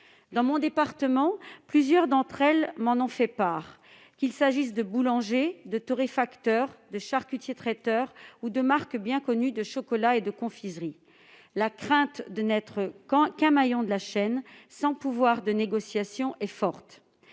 Dans mon département, plusieurs d'entre elles m'en ont fait part, qu'il s'agisse de boulangers, de torréfacteurs, de charcutiers-traiteurs ou de marques bien connues de chocolats et de confiseries. La crainte est forte de n'être qu'un maillon de la chaîne, sans pouvoir de négociation. Il faut